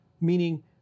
meaning